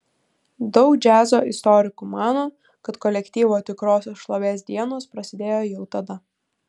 daug džiazo istorikų mano kad kolektyvo tikrosios šlovės dienos prasidėjo jau tada